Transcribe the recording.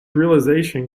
realization